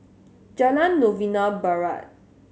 Jalan Novena Barat